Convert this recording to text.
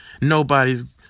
Nobody's